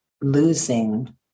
losing